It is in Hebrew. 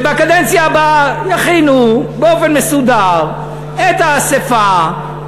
ובקדנציה הבאה יכינו באופן מסודר את האספה,